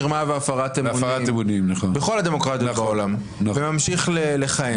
מרמה והפרת אמונים וממשיך לכהן.